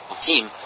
team